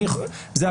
אני יכול זה,